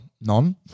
none